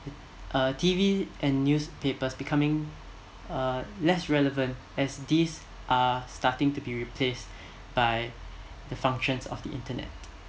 uh T_V and newspapers becoming uh less relevant as these are starting to be replaced by the functions of the internet